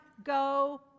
go